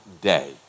day